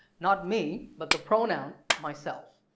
not me but the pronoun myself.